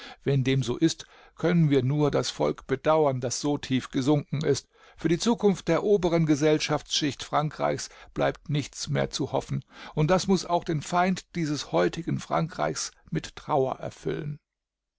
wenn dem so ist können wir nur das volk bedauern das so tief gesunken ist für die zukunft der oberen gesellschaftsschicht frankreichs bleibt nichts mehr zu hoffen und das muß auch den feind dieses heutigen frankreichs mit trauer erfüllen